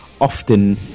often